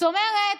זאת אומרת,